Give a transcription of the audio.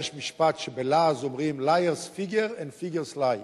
יש משפט שבלעז אומרים: Liars figure and figures lie.